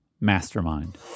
mastermind